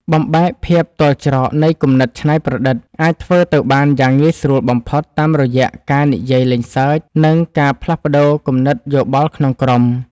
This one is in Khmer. បំបែកភាពទាល់ច្រកនៃគំនិតច្នៃប្រឌិតអាចធ្វើទៅបានយ៉ាងងាយស្រួលបំផុតតាមរយៈការនិយាយលេងសើច និង ការផ្លាស់ប្តូរគំនិតយោបល់ក្នុងក្រុម។